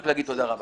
תודה רבה.